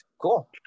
cool